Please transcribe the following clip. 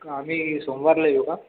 आम्ही सोमवारला येऊ का